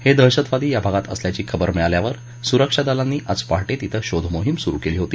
हे दहशतवादी या भागात असल्याची खबर मिळाल्यावर सुरक्षा दलांनी आज पहाटे तिथं शोधमोहीम सुरु केली होती